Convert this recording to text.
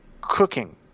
cooking